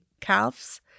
calves